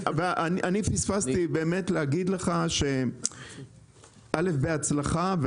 אני פספסתי באמת להגיד לך א' בהצלחה,